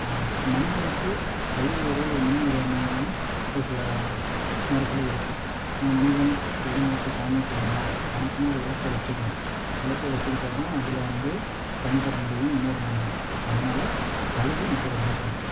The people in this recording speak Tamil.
மனிதனுக்கு கழுகு ஒரு முன் உதாரணமாகவும் ஒரு சில நேரத்தில் இருக்கும் ஏனால் மனிதன் எதை நோக்கி பயணம் செய்யணும் தனக்குன்னு ஒரு இலக்கை வைச்சிக்கணும் இலக்கை வைச்சிக்கிட்டா தான் அதில் வந்து பயன்பெற முடியும் முன்னேற முடியும் அதனால் கழுகை எனக்கு ரொம்ப பிடிக்கும்